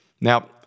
Now